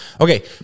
Okay